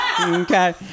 Okay